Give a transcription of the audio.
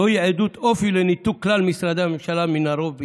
זוהי עדות אופי לניתוק כלל משרדי הממשלה מן הרוב בישראל: